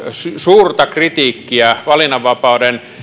suurta kritiikkiä valinnanvapauden